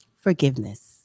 forgiveness